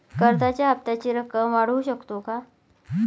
कर्जाच्या हप्त्याची रक्कम वाढवू शकतो का?